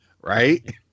Right